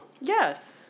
Yes